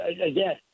again